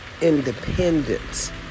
independence